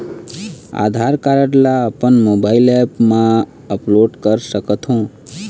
आधार card ला अपन mobile app मा अपलोड कर सकथों?